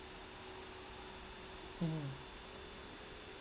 mm